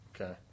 Okay